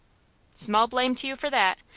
small blame to you for that.